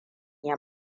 ya